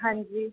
ਹਾਂਜੀ